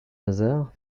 nazaire